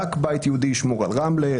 רק בית יהודי ישמור על רמלה,